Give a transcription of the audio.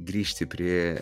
grįžti prie